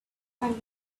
and